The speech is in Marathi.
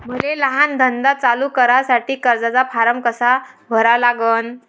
मले लहान धंदा चालू करासाठी कर्जाचा फारम कसा भरा लागन?